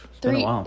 three